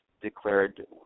declared